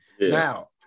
Now